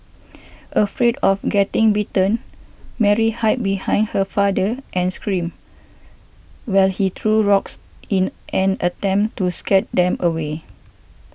afraid of getting bitten Mary hid behind her father and screamed while he threw rocks in an attempt to scare them away